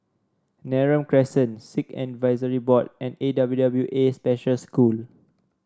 Neram Crescent Sikh Advisory Board and A W W A Special School